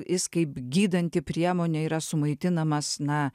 jis kaip gydanti priemonė yra sumaitinamas na